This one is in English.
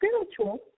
spiritual